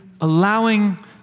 allowing